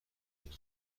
روز